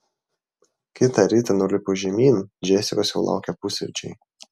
kitą rytą nulipus žemyn džesikos jau laukė pusryčiai